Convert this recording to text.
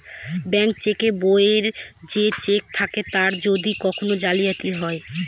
bank cheque বইয়ে যে cheque থাকে তার যদি কখন জালিয়াতি হয়